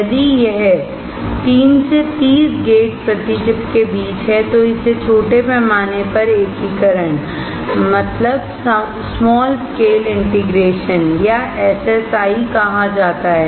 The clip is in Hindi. यदि यह तीन से तीस गेट प्रति चिप के बीच है तो इसे छोटे पैमाने पर एकीकरण या एसएसआईकहा जाता है